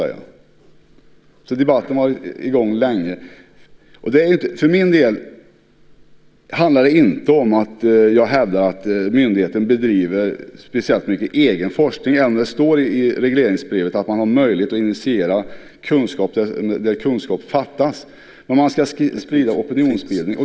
Debatten har alltså varit i gång länge. För min del handlar det inte om att jag hävdar att myndigheten bedriver speciellt mycket egen forskning, även om det står i regleringsbrevet att man har möjlighet att initiera kunskap där kunskap fattas. Men man ska sprida opinionsbildning.